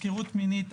הפקרות מינית,